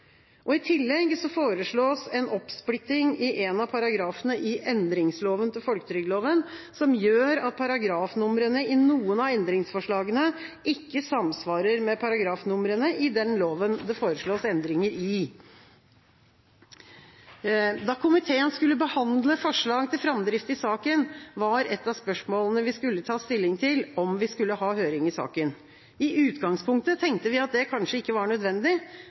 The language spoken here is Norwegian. tatt. I tillegg foreslås en oppsplitting i en av paragrafene i endringsloven til folketrygdloven, som gjør at paragrafnumrene i noen av endringsforslagene ikke samsvarer med paragrafnumrene i den loven det foreslås endringer i. Da komiteen skulle behandle forslag til framdrift i saken, var et av spørsmålene vi skulle ta stilling til, om vi skulle ha høring i saken. I utgangspunktet tenkte vi at det kanskje ikke var nødvendig.